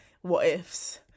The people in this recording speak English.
what-ifs